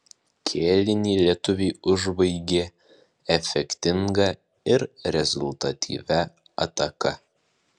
kėlinį lietuviai užbaigė efektinga ir rezultatyvia ataka